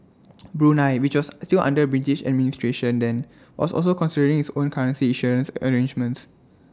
Brunei which was still under British administration then was also considering its own currency issuance arrangements